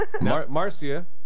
Marcia